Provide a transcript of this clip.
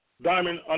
Diamond